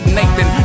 Nathan